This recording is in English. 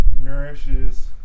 nourishes